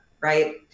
right